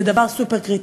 זה דבר סופר-קריטי.